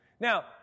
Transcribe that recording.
Now